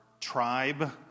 tribe